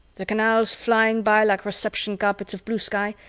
the canals flying by like reception carpets of blue sky,